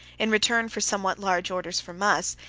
in return for somewhat large orders from us,